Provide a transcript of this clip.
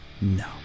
No